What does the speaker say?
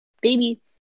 Baby